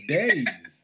days